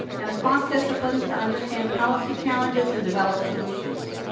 and across disciplines to understand policy challenges, and develop solutions.